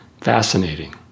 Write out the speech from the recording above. Fascinating